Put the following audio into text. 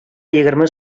егерме